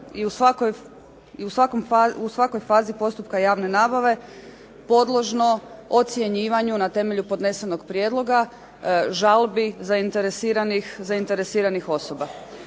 i u svakoj fazi postupka javne nabave podložno ocjenjivanju na temelju podnesenog prijedloga, žalbi zainteresiranih osoba.